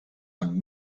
amb